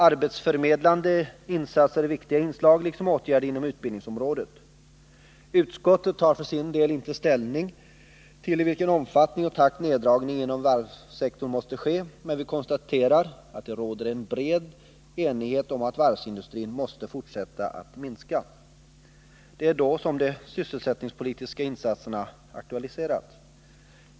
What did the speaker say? Arbetsförmedlande insatser är viktiga inslag liksom åtgärder inom utbildningsområdet. Utskottet tar inte ställning till i vilken omfattning och takt neddragningen inom varvssektorn måste ske, men vi konstaterar att det råder en bred enighet om att varvsindustrin måste fortsätta att minska. Det är då som de sysselsättningspolitiska insatserna aktualiseras.